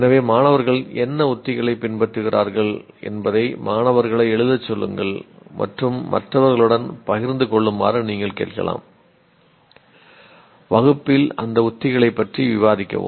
எனவே மாணவர்கள் என்ன உத்திகளை பின்பற்றுகிறார்கள் என்பதை மாணவர்களை எழுதச் சொல்லுங்கள் மற்றும் மற்றவர்களுடன் பகிர்ந்து கொள்ளுமாறு நீங்கள் கேட்கலாம் வகுப்பில் அந்த உத்திகளைப் பற்றி விவாதிக்கவும்